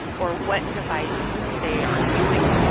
or what device they are using.